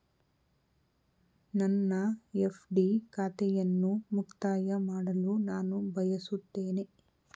ನನ್ನ ಎಫ್.ಡಿ ಖಾತೆಯನ್ನು ಮುಕ್ತಾಯ ಮಾಡಲು ನಾನು ಬಯಸುತ್ತೇನೆ